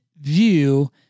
view